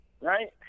right